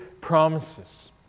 promises